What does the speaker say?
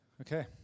Okay